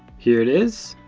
here it is.